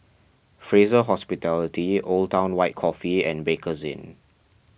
Fraser Hospitality Old Town White Coffee and Bakerzin